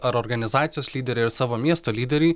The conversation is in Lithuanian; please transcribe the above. ar organizacijos lyderiai ir savo miesto lyderiai